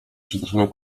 przestraszoną